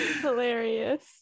Hilarious